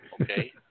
Okay